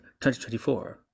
2024